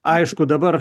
aišku dabar